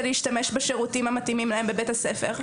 להשתמש בשירותים המתאימים לו בבית הספר.